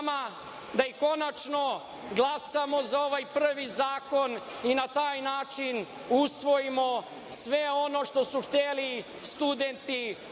da i konačno glasamo za ovaj prvi zakon i na taj način usvojimo sve ono što su hteli studenti u